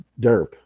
derp